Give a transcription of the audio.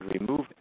remove